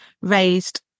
raised